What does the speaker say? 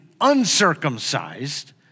uncircumcised